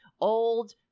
old